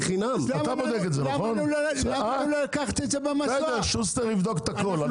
שוסטר יבדוק הכול.